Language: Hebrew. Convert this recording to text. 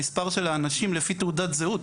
המספר של האנשים לפי תעודת זהות,